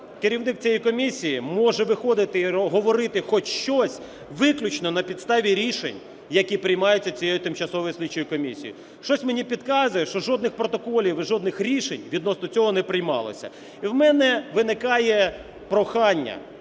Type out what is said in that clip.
керівник цієї комісії може виходити і говорити хоч щось виключно на підставі рішень, які приймаються цією тимчасовою слідчою комісією. Щось мені підказує, що жодних протоколів і жодних рішень відносно цього не приймалося. І в мене виникає прохання